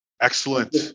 excellent